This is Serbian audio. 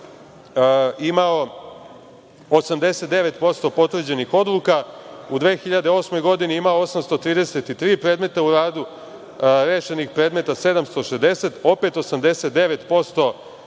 Imao je 89% potvrđenih odluka. U 2008. godini imao je 833 predmeta u radu, rešenih predmeta 760, opet 89%